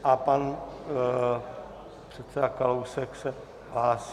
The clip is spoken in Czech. A pan předseda Kalousek se hlásí.